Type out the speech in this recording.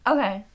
Okay